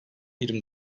yirmi